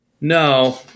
No